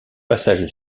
passage